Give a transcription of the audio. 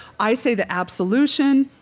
i say the absolution,